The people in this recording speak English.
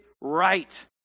right